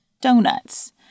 donuts